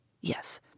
Yes